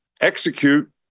execute